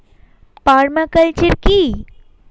Parma culture কি?